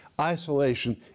Isolation